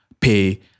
pay